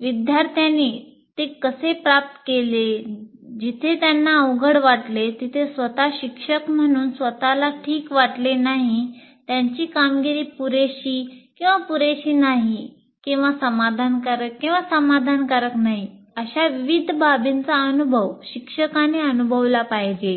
विद्यार्थ्यांनी ते कसे प्राप्त केले जिथे त्यांना अवघड वाटले किंवा स्वतः शिक्षक म्हणून स्वत ला ठीक वाटले नाही त्यांची कामगिरी पुरेशी पुरेशी नाही किंवा समाधानकारक समाधानकारक नाही अशा विविध बाबींचा अनुभव शिक्षकांनी अनुभवला पाहिजे